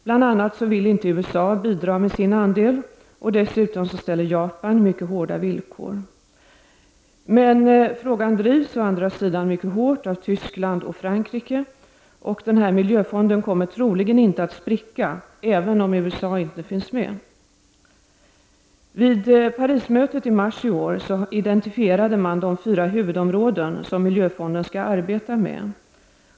USA vill inte bidra med sin andel, och dessutom ställer Japan mycket hårda villkor. Frågan drivs å andra sidan mycket hårt av Tyskland och Frankrike, och den här miljöfonden kommer troligen inte att spricka, även om USA inte finns med. Vid Parismötet i mars i år identifierade man de fyra huvudområden som miljöfonden skall arbeta med.